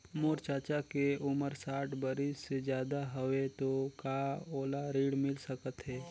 मोर चाचा के उमर साठ बरिस से ज्यादा हवे तो का ओला ऋण मिल सकत हे?